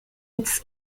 its